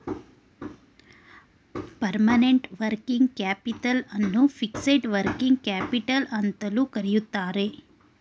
permanent working capital ಅನ್ನು fixed working capital ಅಂತಲೂ ಕರಿತರೆ